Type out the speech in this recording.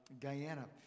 Guyana